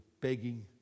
begging